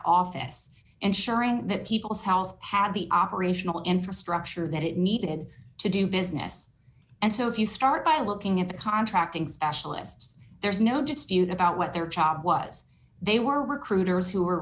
office and sharing the people's health had the operational infrastructure that it needed to do business and so if you start by looking at the contracting specialists there's no dispute about what their job was they were recruiters who are